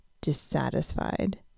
Dissatisfied